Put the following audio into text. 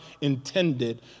intended